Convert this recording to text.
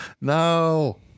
no